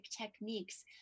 techniques